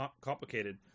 complicated